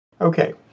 Okay